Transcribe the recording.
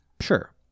Sure